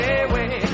away